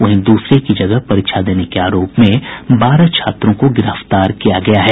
वहीं दूसरे की जगह परीक्षा देने के आरोप में बारह छात्रों को गिरफ्तार किया गया है